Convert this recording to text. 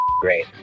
great